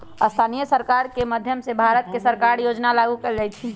स्थानीय सरकार के माधयम से भारत के सारा योजना लागू कएल जाई छई